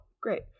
great